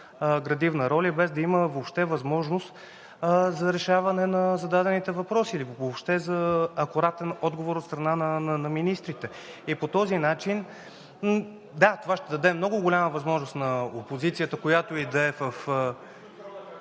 градивна роля и без да има въобще възможност за решаване на зададените въпроси или въобще за акуратен отговор от страна на министрите. Да, това ще даде много голяма възможност на опозицията, която и да е тя.